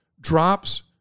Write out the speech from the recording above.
drops